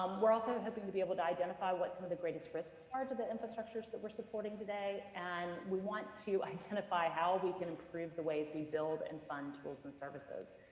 um we're also hoping to be able to identify what some of the greatest risks are to the infrastructures that we're supporting today, and we want to identify how we can improve the ways we build and fund tools and services.